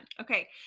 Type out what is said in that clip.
Okay